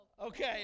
Okay